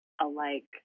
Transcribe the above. alike